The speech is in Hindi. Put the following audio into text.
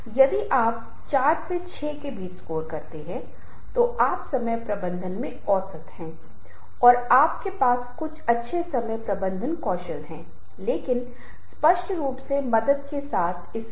अब हम एक बार बातचीत कौशल और बोलने के कौशल के साथ तुलना करेंगे जहां आप पाएंगे कि ध्यान एक सामान्य तैयारी या एक सतत तैयारी पर था सीखने की एक सतत प्रक्रिया जैसा कि आप लोगों के साथ बातचीत कर रहे हैं जैसा कि आप लोग को सुन रहे हैं जैसा कि आप लोगों से बोल रहे हैं क्यों